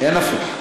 אין הפוך.